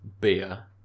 beer